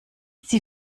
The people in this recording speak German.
sie